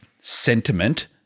sentiment-